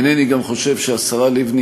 גם אינני חושב שהשרה לבני,